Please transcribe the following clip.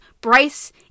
Bryce